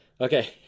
Okay